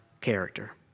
character